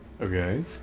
Okay